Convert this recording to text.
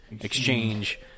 exchange